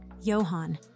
Johan